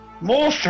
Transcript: More